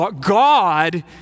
God